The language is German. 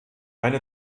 eine